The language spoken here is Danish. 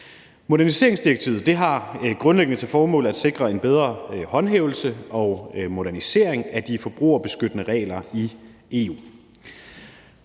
Moderniseringsdirektivet har grundlæggende til formål at sikre en bedre håndhævelse og modernisering af de forbrugerbeskyttende regler i EU.